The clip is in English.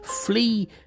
Flee